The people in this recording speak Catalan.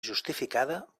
justificada